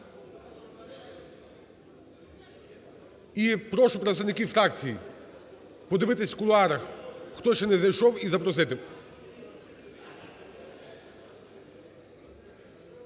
І прошу представників фракцій подивитися в кулуарах, хто ще не зайшов, і запросити.